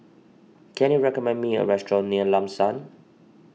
can you recommend me a restaurant near Lam San